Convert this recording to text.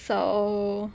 so